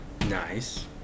Nice